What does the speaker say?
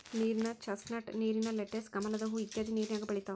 ನೇರಿನ ಚಸ್ನಟ್, ನೇರಿನ ಲೆಟಸ್, ಕಮಲದ ಹೂ ಇತ್ಯಾದಿ ನೇರಿನ್ಯಾಗ ಬೆಳಿತಾವ